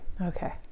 Okay